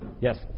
Yes